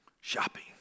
Shopping